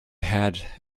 had